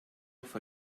off